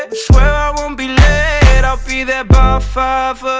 and swear i won't be late i'll be there by five